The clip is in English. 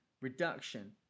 reduction